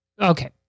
okay